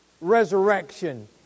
resurrection